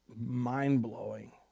mind-blowing